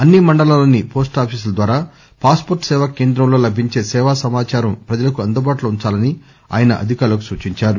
అన్ని మండలాల్లోని పోస్టాఫీసుల ద్వారా పాస్ పోర్ట్ సేవా కేంద్రంలో లభించే సేవా సమాచారం ప్రజలకు అందుబాటులో ఉంచాలని ఆయన అధికారులకు సూచించారు